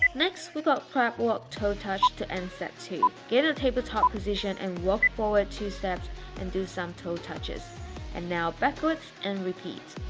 next we got crab walk toe touch to end set two. get in a table top position and walk forward two steps and do some toe touches and now backwards and repeat.